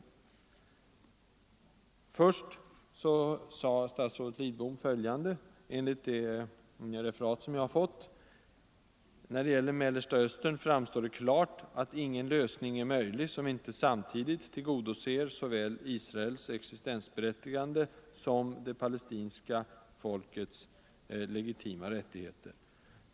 Till att börja med sade statsrådet Lidbom följande, enligt det referat som jag har fått: ”När det gäller Mellersta Östern framstår klart att ingen lösning är möjlig som inte samtidigt tillgodoser såväl Israels existensberättigande som det palestinska folkets legitima rättigheter.